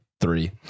three